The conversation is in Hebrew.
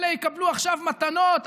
אלה יקבלו עכשיו מתנות,